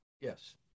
Yes